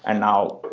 and now,